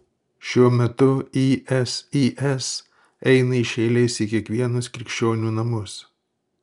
šiuo metu isis eina iš eilės į kiekvienus krikščionių namus